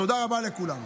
תודה רבה לכולם.